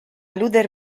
luther